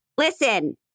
Listen